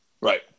Right